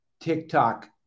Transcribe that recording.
TikTok